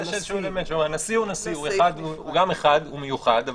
הוא גם אחד ומיוחד,